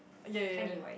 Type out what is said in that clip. yea yea